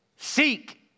Seek